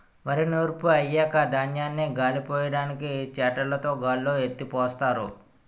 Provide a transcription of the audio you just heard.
వరి నూర్పు అయ్యాక ధాన్యాన్ని గాలిపొయ్యడానికి చేటలుతో గాల్లో ఎత్తిపోస్తారు